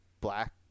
black